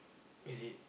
is it